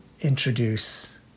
introduce